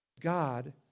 God